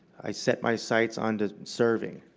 i set my sights on to serving.